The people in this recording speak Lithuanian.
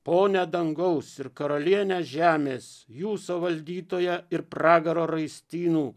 ponia dangaus ir karaliene žemės jūsų valdytoja ir pragaro raistynų